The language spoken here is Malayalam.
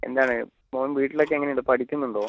എന്താണ് മോൻ വീട്ടിൽ ഒക്കെ എങ്ങനെ ഉണ്ട് പഠിക്കുന്നുണ്ടോ